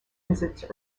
visits